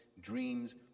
dreams